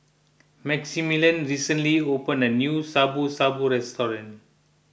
Maximilian recently opened a new Shabu Shabu restaurant